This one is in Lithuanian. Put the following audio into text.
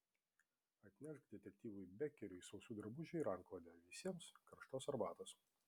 atnešk detektyvui bekeriui sausų drabužių ir antklodę visiems karštos arbatos